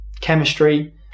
chemistry